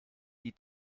die